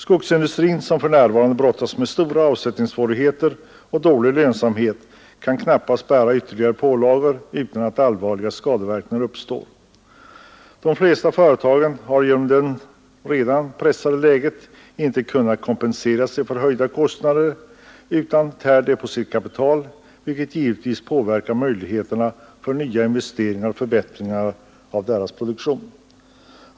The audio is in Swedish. Skogsindustrin som för närvarande brottas med stora avsättningssvårigheter och dålig lönsamhet kan knappast bära ytterligare pålagor utan att allvarliga skadeverkningar uppstår. De flesta företagen har genom det redan pressade läget inte kunnat kompensera sig för höjda kostnader utan de tär på sitt kapital, vilket givetvis påverkar möjligheterna till nya investeringar och förbättringar av deras produktion.